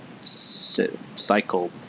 cycle